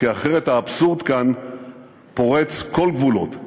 כי אחרת האבסורד כאן פורץ כל גבולות,